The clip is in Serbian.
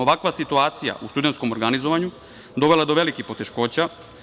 Ovakva situacija u studentskom organizovanju dovela je do velikih poteškoća.